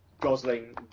Gosling